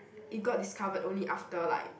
they got discovered only after like